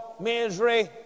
Misery